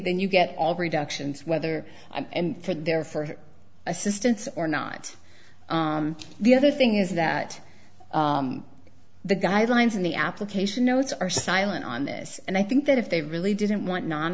then you get all reductions whether and think they're for assistance or not the other thing is that the guidelines and the application notes are silent on this and i think that if they really didn't want non